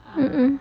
mm mm